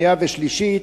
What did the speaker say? שנייה ושלישית,